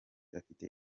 afite